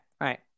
right